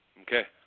Okay